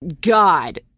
God-